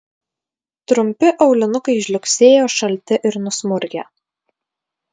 trumpi aulinukai žliugsėjo šalti ir nusmurgę